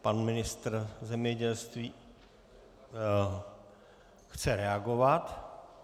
Pan ministr zemědělství chce reagovat.